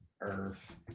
Earth